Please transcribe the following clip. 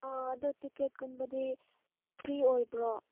ꯑꯣ ꯑꯗꯨ ꯇꯤꯀꯦꯠꯀꯨꯝꯕꯗꯤ ꯐ꯭ꯔꯤ ꯑꯣꯏꯕ꯭ꯔꯣ